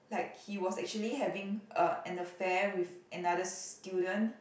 like he was actually having a an affair with another student